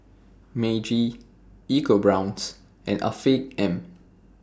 Meiji EcoBrown's and Afiq M